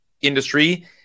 industry